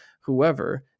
whoever